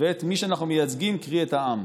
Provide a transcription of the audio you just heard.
ואת מי שאנחנו מייצגים, קרי, את העם.